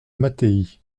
mattei